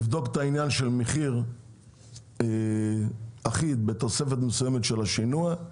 לבדוק את העניין של מחיר אחיד בתוספת מסוימת של השינוע.